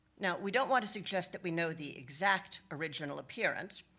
now, we don't want to suggest that we know the exact original appearance,